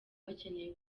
bakeneye